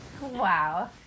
Wow